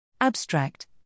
Abstract